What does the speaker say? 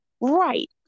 Right